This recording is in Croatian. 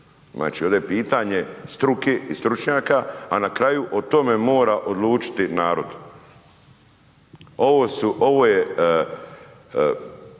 Znači ovdje je pitanje struke i stručnjaka a na kraju o tome mora odlučiti narod. Ovo je